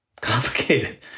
complicated